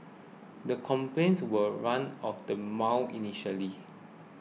the complaints were run of the mall initially